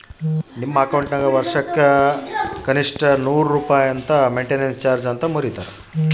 ನನ್ನ ಅಕೌಂಟಿನಾಗ ವರ್ಷಕ್ಕ ಎಷ್ಟು ರೊಕ್ಕ ಮುರಿತಾರ ಮೆಂಟೇನೆನ್ಸ್ ಚಾರ್ಜ್ ಅಂತ ಹೇಳಿ?